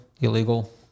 illegal